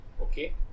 Okay